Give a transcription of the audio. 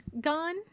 gone